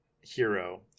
hero